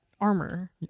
armor